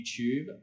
YouTube